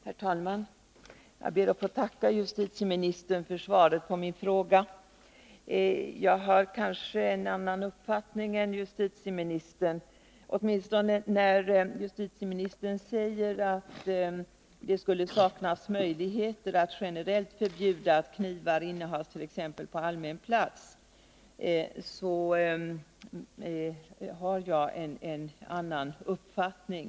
Herr talman! Jag ber att få tacka justitieministern för svaret på min fråga. Jag har kanske en annan uppfattning än justitieministern, åtminstone när han säger att det skulle saknas möjligheter att generellt förbjuda att bära kniv exempelvis på allmän plats.